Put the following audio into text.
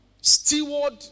steward